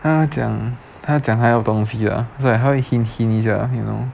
她讲她讲她要东西 lah is like 她会 hint hint 一下